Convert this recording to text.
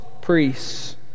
priests